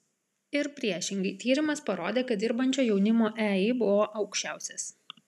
ir priešingai tyrimas parodė kad dirbančio jaunimo ei buvo aukščiausias